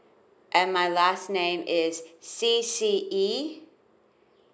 plan my last name is C C E